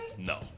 No